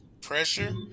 pressure